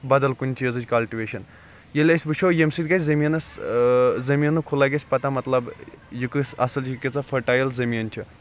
بدل کُنہِ چیٖزٕچ کَلٹِویشن ییٚلہِ أسۍ وٕچھو ییٚمہِ سۭتۍ گَژھِ زٔمیٖنَس زٔمیٖنُک ہُہ لَگہِ اَسہِ پتہ یہِ کِژھ اَصٕل چھِ یہِ کۭژاہ فٕٹایِل زٔمیٖن چھِ